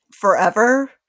forever